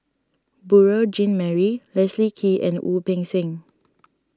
Beurel Jean Marie Leslie Kee and Wu Peng Seng